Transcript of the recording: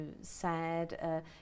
sad